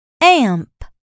Amp